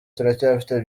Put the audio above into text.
turacyafite